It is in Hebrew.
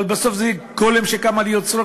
אבל בסוף זה גולם שקם על יוצרו,